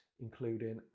including